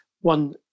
one